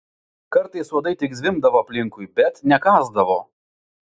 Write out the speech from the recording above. kartais uodai tik zvimbdavo aplinkui bet nekąsdavo